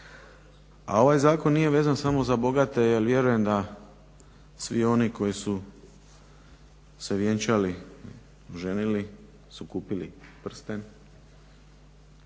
a ovaj zakon nije vezan samo za bogate, jer vjerujem da svi oni koji su se vjenčali, oženili su kupili prsten,